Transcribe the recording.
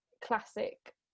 classic